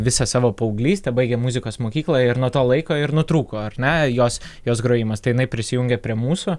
visą savo paauglystę baigė muzikos mokyklą ir nuo to laiko ir nutrūko ar ne ir jos jos grojimas tai jinai prisijungė prie mūsų